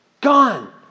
Gone